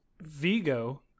Vigo